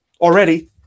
already